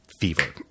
fever